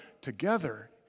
Together